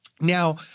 Now